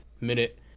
minute